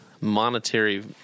monetary